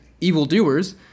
evildoers